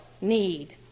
need